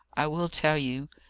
i will tell you.